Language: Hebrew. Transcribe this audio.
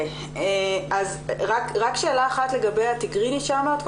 רק שאלה אחת לגבי התיגרינית שאמרת,